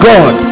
God